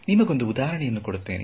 ನಿಮಗೊಂದು ಉದಾಹರಣೆಯನ್ನು ಕೊಡುತ್ತೇನೆ